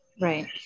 right